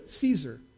Caesar